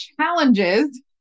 challenges